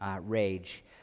rage